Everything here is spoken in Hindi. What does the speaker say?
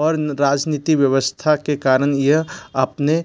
और राजनीति व्यवस्था के कारण यह अपने